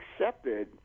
accepted